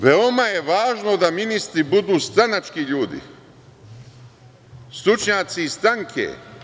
Veoma je važno da ministri budu stranački ljudi, stručnjaci iz stranke.